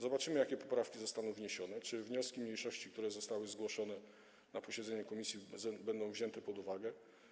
Zobaczymy, jakie poprawki zostaną wniesione, czy wnioski mniejszości, które zostały zgłoszone na posiedzeniu komisji, będą wzięte pod uwagę.